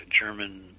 German